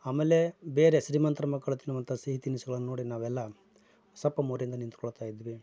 ಆಮೇಲೆ ಬೇರೆ ಶ್ರೀಮಂತ್ರು ಮಕ್ಕಳತ್ರ ಇರುವಂಥ ಸಿಹಿ ತಿನಿಸುಗಳನ್ನ ನೋಡಿ ನಾವೆಲ್ಲ ಸಪ್ಪು ಮೊರೆಯಿಂದ ನಿಂತ್ಕೊಳ್ತಾಯಿದ್ವಿ